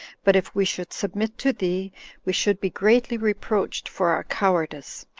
but if we should submit to thee we should be greatly reproached for our cowardice,